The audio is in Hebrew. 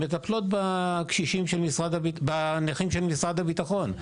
שמטפלות בנכים של משרד הביטחון,